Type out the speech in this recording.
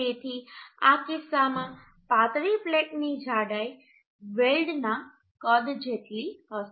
તેથી આ કિસ્સામાં પાતળી પ્લેટની જાડાઈ વેલ્ડના કદ જેટલી હશે